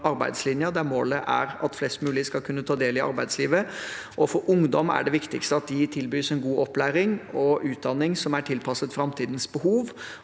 der målet er at flest mulig skal kunne ta del i arbeidslivet. For ungdom er det viktigste at de tilbys en god opplæring og utdanning som er tilpasset framtidens behov,